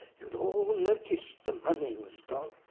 you'd all noticed the money was gone!